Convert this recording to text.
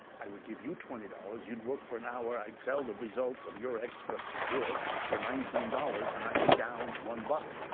i would give you twenty dollars, you'd work for an hour, i'd sell the result of your extra work for nineteen dollars, and i'd be down one but